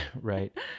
Right